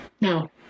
No